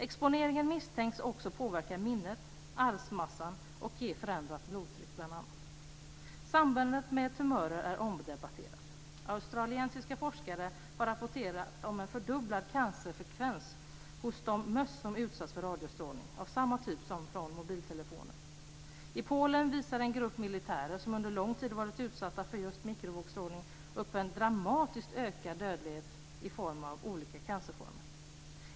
Exponeringen misstänks också bl.a. påverka minnet och arvsmassan samt ge förändrat blodtryck. Sambandet med tumörer är omdebatterat. Australiska forskare har rapporterat om en fördubblad cancerfrekvens hos möss som utsatts för radiostrålning av samma typ som från mobiltelefoner. I Polen visar en grupp militärer, som under lång tid varit utsatta för just mikrovågsstrålning, upp en dramatiskt ökad dödlighet i olika cancerformer.